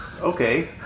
okay